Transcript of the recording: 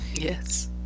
Yes